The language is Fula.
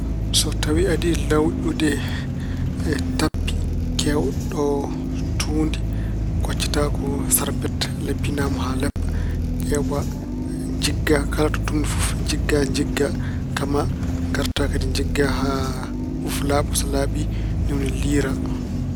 So tawi aɗa yiɗi lawƴude tappi, keewɗo tuundi, koccata ko sarbet, leppinaa mo haa leppa. Ƴeewa, njigga kala to tuumni fof, njigga njigga, kama. Ngarta kadi njigga kadi haa fof laaɓa. So laaɓi, ni woni liira.